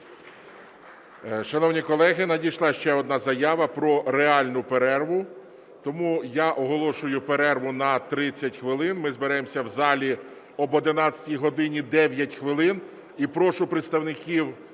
Шановні колеги, надійшла ще одна заява про реальну перерву. Тому я оголошую перерву на 30 хвилин. Ми зберемося в залі об 11 годині 9 хвилин.